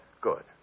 good